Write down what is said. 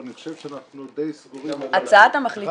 אבל אני חושב שאנחנו דיי סגורים -- מי מכין את הצעת המחליטים,